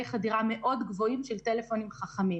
חדירה מאוד גבוהים של טלפונים חכמים.